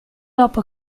dopo